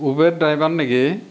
Uber driver নেকি